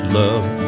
love